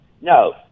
No